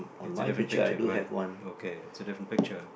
it's a different picture right okay it's a different picture